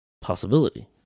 possibility